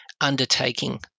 undertaking